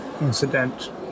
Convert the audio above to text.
incident